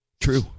True